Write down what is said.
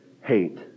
hate